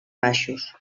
baixos